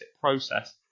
process